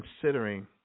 considering